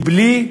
בלי,